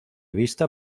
vista